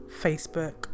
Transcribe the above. Facebook